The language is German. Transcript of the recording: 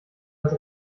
als